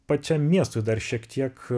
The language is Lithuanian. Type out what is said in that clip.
pačiam miestui dar šiek tiek